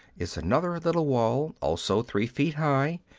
is another little wall, also three feet high,